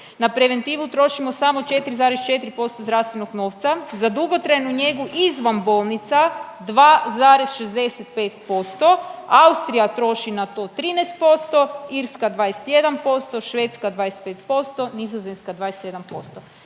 na preventivu trošimo samo 4,4% zdravstvenog novca, za dugotrajnu njegu izvan bolnica 2,65%, Austrija troši na to 13%, Irska 21%, Švedska 25%, Nizozemska 27%.